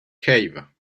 cave